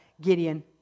Gideon